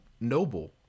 Noble